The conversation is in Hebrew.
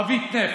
חבית נפט.